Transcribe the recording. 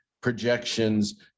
projections